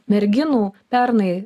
merginų pernai